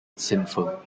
sinful